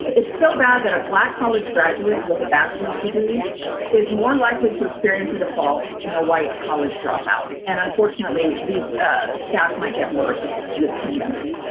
it's it's so bad that a black college graduate with a bachelor's degree is more likely to experience a default than a white college dropout. and unfortunately these stats might get worse due to the pandemic.